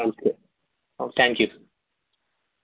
okay thank you